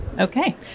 Okay